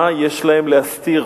מה יש להם להסתיר?